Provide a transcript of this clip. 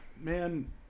man